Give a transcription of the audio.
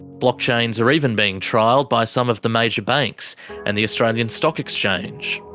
blockchains are even being trialled by some of the major banks and the australian stock exchange.